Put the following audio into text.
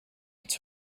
its